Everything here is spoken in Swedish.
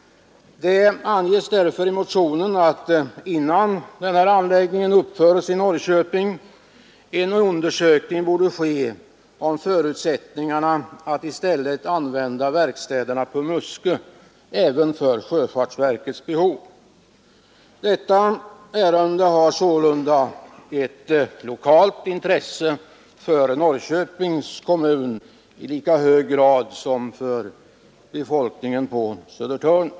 Det anges därför i motionen att innan den här anläggningen uppförs i Norrköping ”borde en undersökning ske om förutsättningarna att använda verkstäderna på Muskö även för sjöfartsverkets behov”. Detta ärende har således ett lokalt intresse för Norrköpings kommun i lika hög grad som för befolkningen på Södertörn.